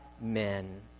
men